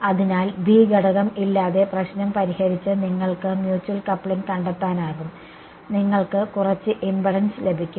അതിനാൽ B ഘടകം ഇല്ലാതെ പ്രശ്നം പരിഹരിച്ച് നിങ്ങൾക്ക് മ്യൂച്വൽ കപ്ലിംഗ് കണ്ടെത്താനാകും നിങ്ങൾക്ക് കുറച്ച് ഇംപെഡൻസ് ലഭിക്കും